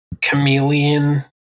chameleon